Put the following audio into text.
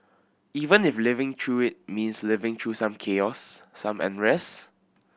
even if living through it means living through some chaos some unrest